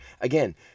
Again